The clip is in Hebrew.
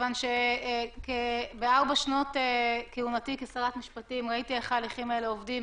מכיוון שבארבע שנות כהונתי כשרת משפטים ראיתי איך ההליכים האלה עובדים,